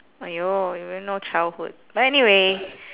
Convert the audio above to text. !aiyo! you really no childhood but anyway